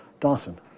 Dawson